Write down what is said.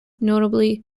notably